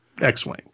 X-Wing